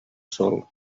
sol